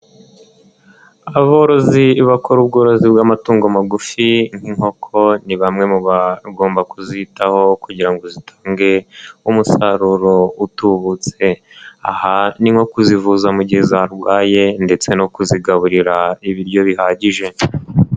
Aborozi bakora ubworozi bw'amatungo magufi nk'inkoko, ni bamwe mu bagomba kuzitaho kugira ngo zitange umusaruro utubutse. Aha ni nko kuzivuza mu gihe zarwaye ndetse no kuzigaburira ibiryo bihagije.